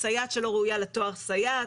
סייעת שלא ראויה לתואר סייעת,